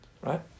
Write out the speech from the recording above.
right